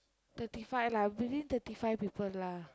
thirty five lah within thirty five people lah